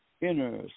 Inner